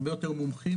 הרבה יותר מומחים,